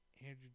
Andrew